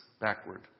backward